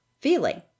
feeling